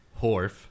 Horf